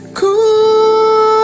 cool